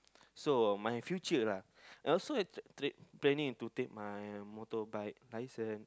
so uh my future lah I also tra~ planning to take my motorbike license